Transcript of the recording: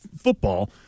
football